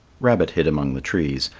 rabbit hid among the trees,